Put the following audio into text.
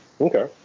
Okay